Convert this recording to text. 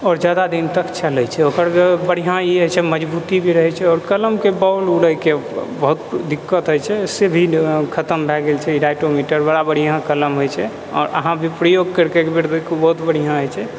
आउर जादा दिन तक चलै छै ओकर बढ़िआँ ई होइ छै मजबूती भी रहै छै आओर कलमके बॉल उड़ैके बहुत दिक्कत होइ छै से भी खतम भए गेल छै ई राइटोमीटर बड़ा बढ़िआँ कलम होइ छै आउर अहाँ भी प्रयोग करिके एकबेर देखु बहुत बढ़िआँ होइ छै